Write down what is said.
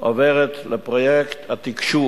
עוברת לפרויקט התקשוב,